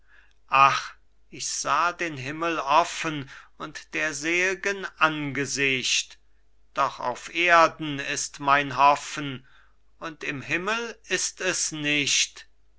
ach ich sah den himmel offen und der selgen angesicht doch auf erden ist mein hoffen und im himmel ist es nicht